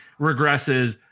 regresses